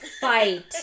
fight